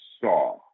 saw